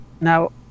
Now